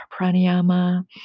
pranayama